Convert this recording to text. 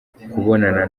kubonana